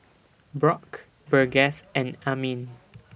Brock Burgess and Amin